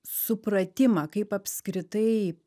supratimą kaip apskritai